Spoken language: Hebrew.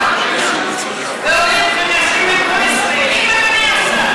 ועולים חדשים הם לא ישראלים, אדוני השר?